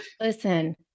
Listen